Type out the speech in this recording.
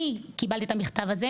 והאנשים אצלנו כרגע עובדים על לענות.